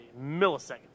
millisecond